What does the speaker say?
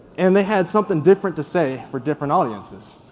and they had something different to say for different audiences.